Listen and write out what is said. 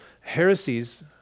heresies